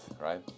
right